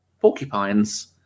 porcupines